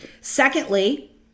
Secondly